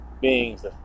beings